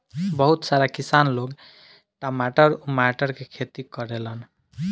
बहुत सारा किसान लोग टमाटर उमाटर के खेती करेलन